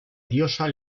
diosa